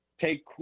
take